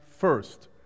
First